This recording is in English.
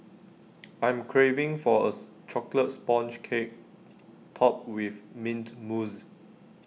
I'm craving for A Chocolate Sponge Cake Topped with Mint Mousse